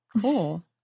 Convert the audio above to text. Cool